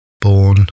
born